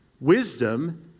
wisdom